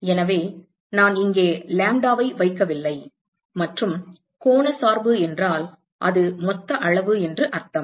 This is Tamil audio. எனவே நான் இங்கே லாம்ப்டாவை வைக்கவில்லை மற்றும் கோண சார்பு என்றால் அது மொத்த அளவு என்று அர்த்தம்